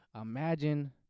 Imagine